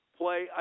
play